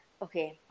Okay